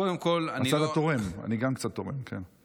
קודם כול, הצד התורם, גם אני קצת תורם, כן?